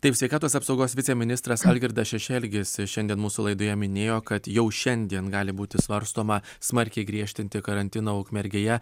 taip sveikatos apsaugos viceministras algirdas šešelgis šiandien mūsų laidoje minėjo kad jau šiandien gali būti svarstoma smarkiai griežtinti karantiną ukmergėje